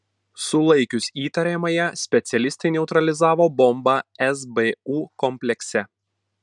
sulaikius įtariamąją specialistai neutralizavo bombą sbu komplekse